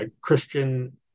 Christian